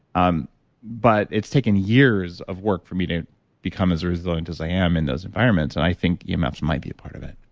um but it's taken years of work for me to become as resilient as i am in those environments and i think emfs might be a part of it